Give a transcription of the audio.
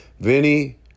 Vinny